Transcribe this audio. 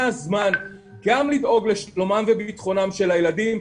הזמן גם לדאוג לשלומם וביטחונם של הילדים,